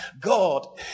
God